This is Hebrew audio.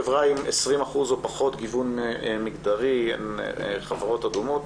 חברות עם 20% או פחות גיוון מגדרי הן חברות אדומות